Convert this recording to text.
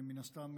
אבל מן הסתם,